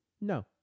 No